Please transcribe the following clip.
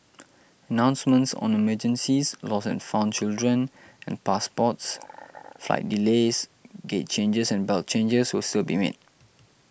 announcements on the emergencies lost and found children and passports flight delays gate changes and belt changes will still be made